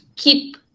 keep